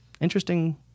Interesting